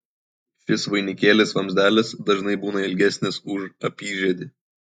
šis vainikėlis vamzdelis dažnai būna ilgesnis už apyžiedį